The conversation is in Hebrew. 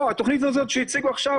לא, התוכנית הזה שהציגו עכשיו